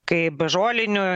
kaip žolinių